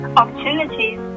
opportunities